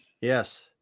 yes